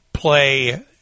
play